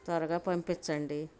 త్వరగా పంపించండి